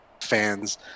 fans